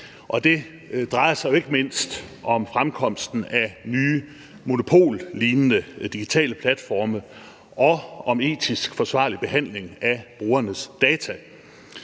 det drejer sig jo ikke mindst om fremkomsten af nye monopollignende digitale platforme og om en etisk forsvarlig behandling af brugernes data